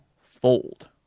fold